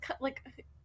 like-